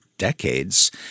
decades